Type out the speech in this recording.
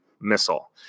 missile